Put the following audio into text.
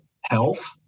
Health